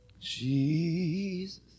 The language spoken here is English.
Jesus